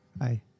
Hi